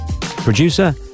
Producer